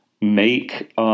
make –